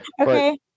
Okay